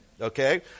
okay